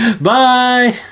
Bye